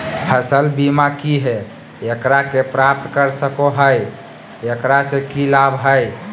फसल बीमा की है, एकरा के प्राप्त कर सको है, एकरा से की लाभ है?